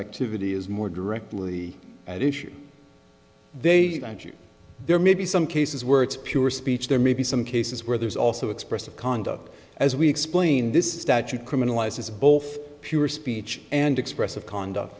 activity is more directly at issue they there may be some cases where it's pure speech there may be some cases where there is also expressed of conduct as we explain this statute criminalizes both pure speech and expressive conduct